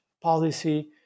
policy